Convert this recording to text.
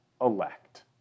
elect